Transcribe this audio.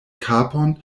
kapon